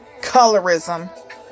colorism